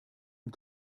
und